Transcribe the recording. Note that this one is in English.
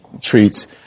treats